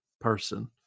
person